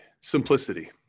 simplicity